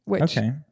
Okay